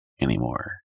anymore